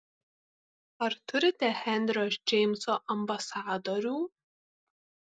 ar turite henrio džeimso ambasadorių